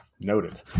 Noted